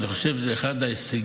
אני חושב שזה אחד ההישגים,